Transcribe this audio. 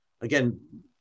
Again